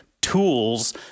tools